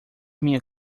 minha